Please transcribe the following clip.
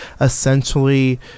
essentially